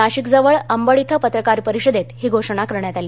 नाशिक जवळ अंबड इथं पत्रकार परिषदेत ही घोषणा करण्यात आली